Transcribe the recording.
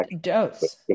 dose